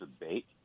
debate